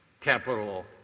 Capital